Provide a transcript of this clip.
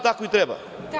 Tako i treba.